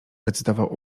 recytował